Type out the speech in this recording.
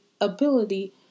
ability